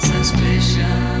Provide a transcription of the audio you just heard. Suspicion